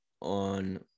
on